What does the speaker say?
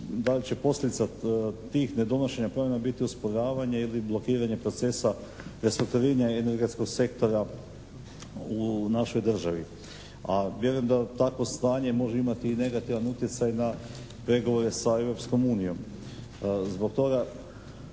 da li će posljedica tih ne donošenja promjena biti usporavanje ili blokiranje procesa restrukturiranja energetskog sektora u našoj državi. A vjerujem da takvo stanje može imati i negativan utjecaj na pregovore sa Europskom unijom. Zbog toga